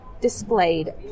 displayed